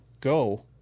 go